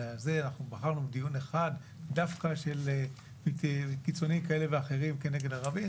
בחרנו דיון אחד דווקא של קיצונים כאלה ואחרים כנגד ערבים?